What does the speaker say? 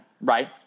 right